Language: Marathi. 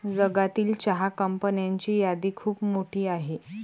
जगातील चहा कंपन्यांची यादी खूप मोठी आहे